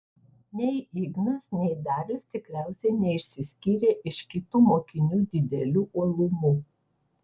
nei ignas nei darius tikriausiai neišsiskyrė iš kitų mokinių dideliu uolumu